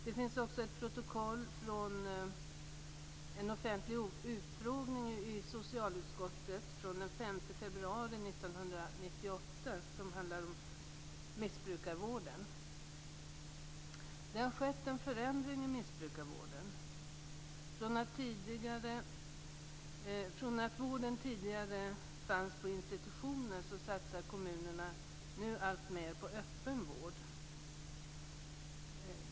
Det finns också ett protokoll från en offentlig utfrågning i socialutskottet den 5 februari 1998, som handlade om missbrukarvården. Det har skett en förändring i missbrukarvården. Från att vården tidigare fanns på institutioner satsar kommunerna nu alltmer på öppen vård.